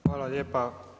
Hvala lijepa.